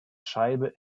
scheibe